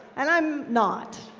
and i'm not.